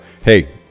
hey